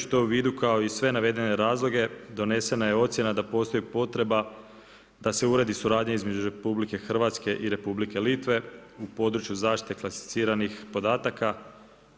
Imajući to u vidu kao i sve navedene razloge donesena je ocjena da postoji potreba da se uredi suradnja između Republike Hrvatske i Republike Litve u području zaštite klasificiranih podataka